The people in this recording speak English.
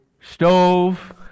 Stove